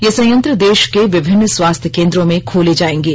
ये संयंत्र देश के विभिन्न स्वास्थ्य केंद्रों में खोले जाएंगे